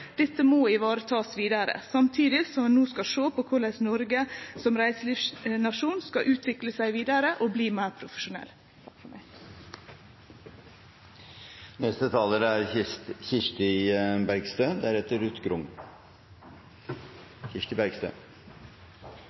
Dette må takast i vare vidare, samtidig som ein no skal sjå på korleis Noreg som reiselivsnasjon skal utvikle seg vidare og bli meir profesjonell.